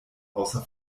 außer